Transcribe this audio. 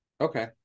Okay